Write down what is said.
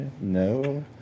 No